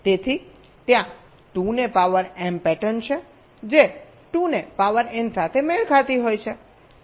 તેથી ત્યાં 2 ને પાવર એમ પેટર્ન છે જે 2 ને પાવર n સાથે મેળ ખાતી હોય છે